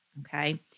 okay